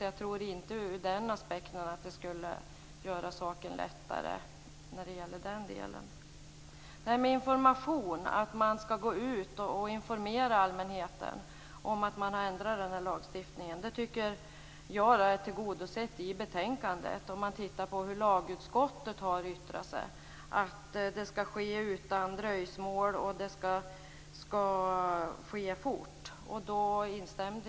Jag tror inte att det skulle göra saken lättare ur den aspekten. Det talades om information och om att man skall gå ut och informera allmänheten om att man har ändrat lagstiftningen. Jag tycker att det är tillgodosett i betänkandet, om vi tittar på hur lagutskottet har yttrat sig. Det skall ske utan dröjsmål, och det skall ske fort.